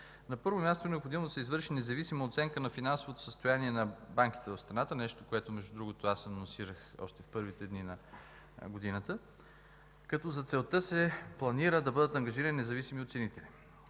На първо място е необходимо да се извърши независима оценка на финансовото състояние на банките в страната – нещо, което, между другото, аз анонсирах още в първите дни на годината, като за целта се планира да бъдат ангажирани независими оценители.